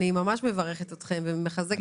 אני ממש מברכת אתכם ומחזקת את ידיכם,